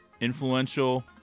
Influential